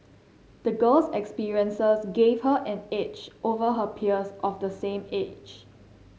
the girl's experiences gave her an edge over her peers of the same age